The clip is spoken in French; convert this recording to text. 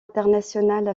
internationales